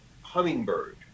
hummingbird